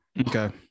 Okay